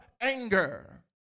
anger